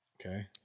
Okay